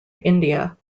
india